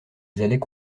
allaient